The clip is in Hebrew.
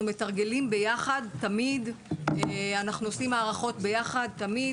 מתרגלים תמיד ביחד ויושבים בהערכות תמיד ביחד.